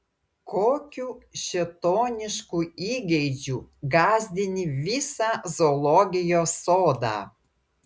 kokiu šėtonišku įgeidžiu gąsdini visą zoologijos sodą